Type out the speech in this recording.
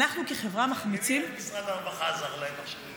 אנחנו כחברה מחמיצים, משרד הרווחה עזר להם עכשיו.